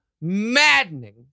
maddening